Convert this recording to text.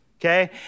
okay